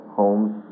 homes